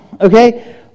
okay